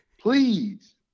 Please